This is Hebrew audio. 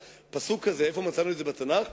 הפסוק הזה, איפה מצאנו את זה בתנ"ך?